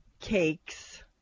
cakes